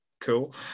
Cool